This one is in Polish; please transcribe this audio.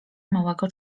małego